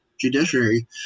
judiciary